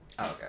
Okay